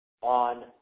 on